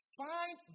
find